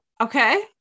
okay